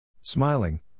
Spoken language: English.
Smiling